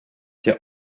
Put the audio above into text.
der